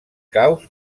caus